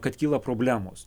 kad kyla problemos